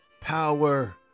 power